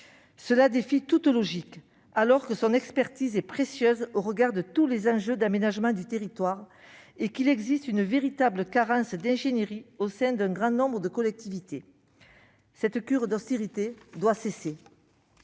Cela défie toute logique, alors que son expertise est précieuse au regard de l'ensemble des enjeux d'aménagement du territoire et qu'il existe une véritable carence d'ingénierie au sein d'un grand nombre de collectivités. Cette cure d'austérité doit cesser.